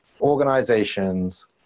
organizations